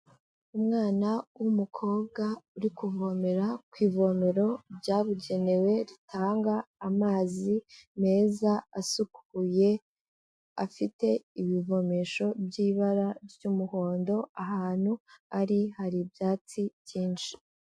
Umwana w'umukobwa uri kuvomera ku ivomero byabugenewe ritanga amazi meza asukuye, afite ibivomesho by'ibara ry'umuhondo, ahantu ari hari ibyatsi byinshi.